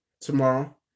tomorrow